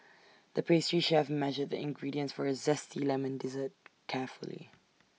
the pastry chef measured the ingredients for A Zesty Lemon Dessert carefully